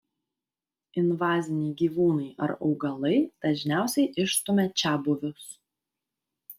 invaziniai gyvūnai ar augalai dažniausiai išstumia čiabuvius